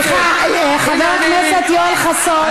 סליחה, חבר הכנסת יואל חסון.